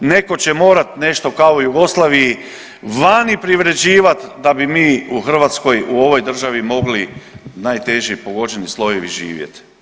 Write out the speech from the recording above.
Netko će morati nešto kao i u Jugoslaviji vani privređivati da bi mi u Hrvatskoj, u ovoj državi mogli najteže pogođeni slojevi živjeti.